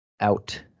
out